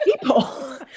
people